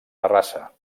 terrassa